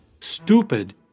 stupid